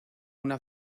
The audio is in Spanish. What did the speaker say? una